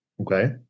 Okay